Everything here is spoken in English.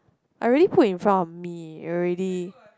I already put in front of me already